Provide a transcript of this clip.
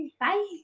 Bye